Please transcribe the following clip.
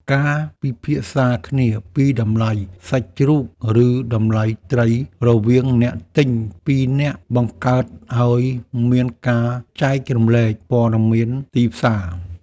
ការពិភាក្សាគ្នាពីតម្លៃសាច់ជ្រូក ឬតម្លៃត្រីរវាងអ្នកទិញពីរនាក់បង្កើតឱ្យមានការចែករំលែកព័ត៌មានទីផ្សារ។